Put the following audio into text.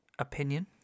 opinion